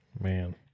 Man